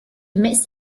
omits